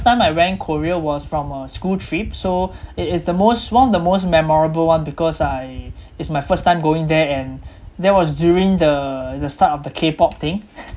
time I went korea was from a school trip so it is the most one of the most memorable one because I it's my first time going there and that was during the the start of the K pop thing